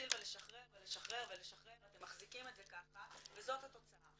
ולשחרר ולשחרר אתם מחזיקים את זה ככה וזאת התוצאה.